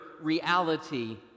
reality